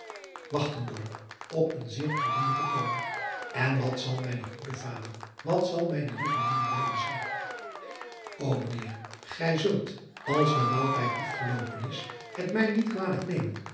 op een zeer aandoenelijken toon n wat zal mijne goede vader wat zal mijne lieve moeder blijde zijn o ijnheer gij zult als de maatlijd afgeloopen is driaan oosjes zn et leven van illegonda uisman het mij niet kwalijk nemen